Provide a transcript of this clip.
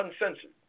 uncensored